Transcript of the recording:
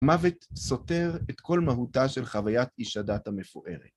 מוות סותר את כל מהותה של חוויית אישדת המפוארת.